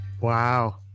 Wow